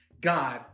God